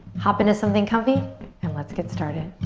hop into something comfy and let's get started.